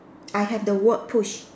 I have the word push